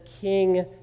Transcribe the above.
King